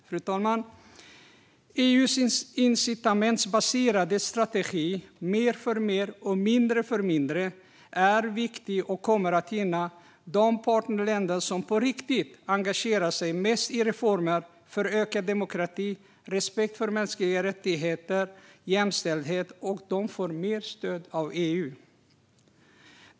Fru talman! EU:s incitamentsbaserade strategi är viktig och kommer att gynna de partnerländer som på riktigt engagerar sig mest i reformer för ökad demokrati, respekt för mänskliga rättigheter och jämställdhet. De får mer stöd av EU.